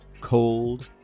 cold